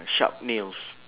sharp nails